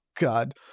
God